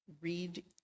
read